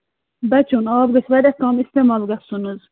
بَچُن آب گژھِ واریاہ کَم اِستعمال گژھُن حظ